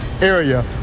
area